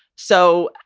so,